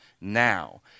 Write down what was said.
now